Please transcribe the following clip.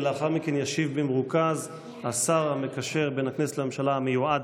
לאחר מכן ישיב במרוכז השר המקשר בין הכנסת לממשלה המיועד.